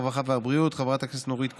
הרווחה והבריאות: חברת הכנסת נורית קורן,